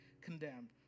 condemned